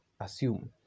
assume